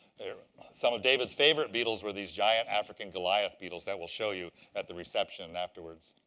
some of david's favorite beetles were these giant african goliath beetles that we'll show you at the reception, afterwards.